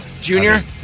Junior